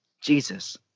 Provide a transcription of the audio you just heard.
Jesus